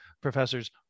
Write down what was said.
Professors